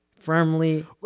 Firmly